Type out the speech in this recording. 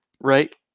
right